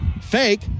Fake